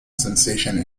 sensation